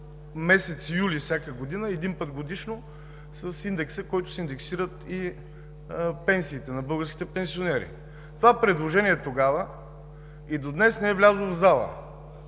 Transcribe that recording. месец юли – един път годишно, с индекса, с който се индексират и пенсиите на българските пенсионери. Това предложение оттогава и до днес не е влязло в залата.